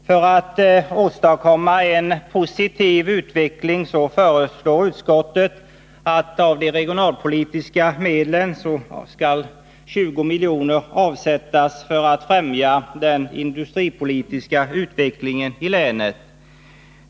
För att åstadkomma en positiv utveckling föreslår utskottet att av de regionalpolitiska medlen 20 milj.kr. skall avsättas för att främja den industripolitiska utvecklingen i länen.